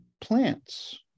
plants